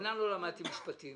אמנם לא למדתי משפטים